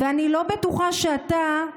ואני לא בטוחה שאתה,